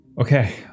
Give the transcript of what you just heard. Okay